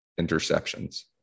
interceptions